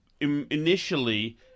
Initially